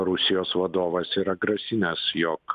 rusijos vadovas yra grasinęs jog